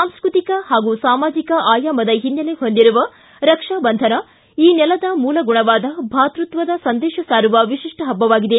ಸಾಂಸ್ಟತಿಕ ಹಾಗೂ ಸಾಮಾಜಿಕ ಆಯಾಮದ ಹಿನ್ನೆಲೆ ಹೊಂದಿರುವ ರಕ್ಷಾ ಬಂಧನ ಈ ನೆಲದ ಮೂಲಗುಣವಾದ ಭಾತೃತ್ವದ ಸಂದೇಶ ಸಾರುವ ವಿಶಿಷ್ಟ ಹಬ್ಬವಾಗಿದೆ